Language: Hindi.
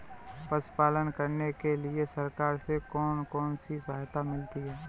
पशु पालन करने के लिए सरकार से कौन कौन सी सहायता मिलती है